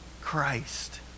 Christ